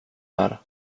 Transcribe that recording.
här